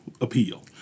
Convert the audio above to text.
appeal